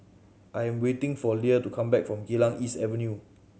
I am waiting for Leia to come back from Geylang East Avenue